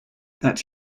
that